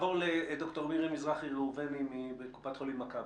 בבקשה, מקופת חולים מכבי.